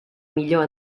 millor